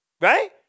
Right